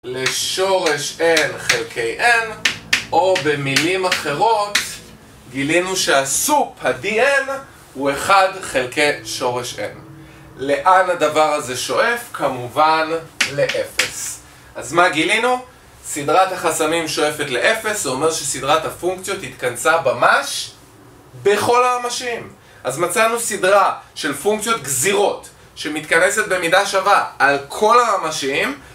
לשורש n חלקי n, או במילים אחרות, גילינו שהsup, ה-dn, הוא 1 חלקי שורש n. לאן הדבר הזה שואף? כמובן, ל-0. אז מה גילינו? סדרת החסמים שואפת ל-0, זה אומר שסדרת הפונקציות התכנסה במ"ש, בכל הממשיים. אז מצאנו סדרה של פונקציות גזירות, שמתכנסת במידה שווה על כל הממשיים.